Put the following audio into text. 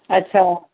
अच्छा